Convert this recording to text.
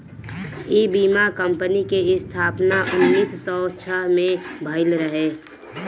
इ बीमा कंपनी के स्थापना उन्नीस सौ छह में भईल रहे